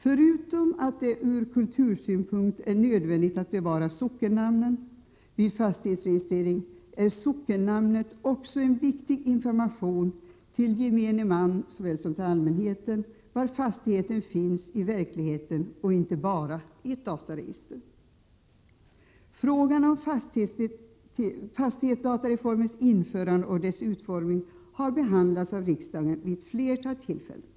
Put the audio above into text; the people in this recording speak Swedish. Förutom att det ur kultursynpunkt är nödvändigt att bevara sockennamnen vid fastighetsregistrering utgör sockennamnen också viktig information till såväl gemene man som allmänheten när det gäller fastighetens placering i verkligheten och inte bara i ett dataregister. Fastighetsdatareformens införande och dess utformning har behandlats av riksdagen vid ett flertal tillfällen. Bl.